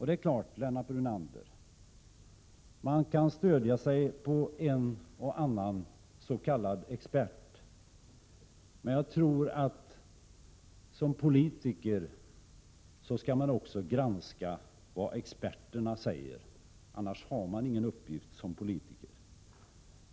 Det är klart att man kan stödja sig på vad en och annan expert säger, Lennart Brunander, men såsom politiker gäller det att också granska vad experterna säger. Annars fyller man ingen uppgift som politiker.